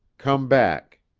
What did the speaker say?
come back.